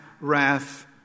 wrath